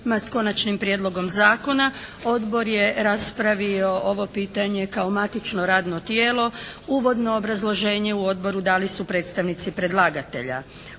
s Konačnim prijedlogom zakona. Odbor je raspravio ovo pitanje kao matično radno tijelo. Uvodno obrazloženje u Odboru dali su predstavnici predlagatelja.